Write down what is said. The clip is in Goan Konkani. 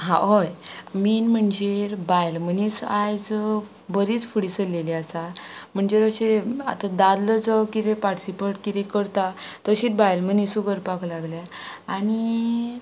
हय मेन म्हणजे बायल मनीस आयज बरीच फुडें सरलेली आसा म्हणजे अशे आतां दादलो जो कितें पार्टिसिपेट कितें करता तशीच बायल मनीसू करपाक लागल्या आनी